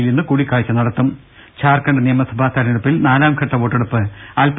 യിൽ ഇന്ന് കൂടിക്കാഴ്ച നടത്തും ജാർഖണ്ഡ് നിയമസഭാ തെരഞ്ഞെടുപ്പിൽ നാലാം ഘട്ട വോട്ടെടുപ്പ് അല്പ